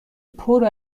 پره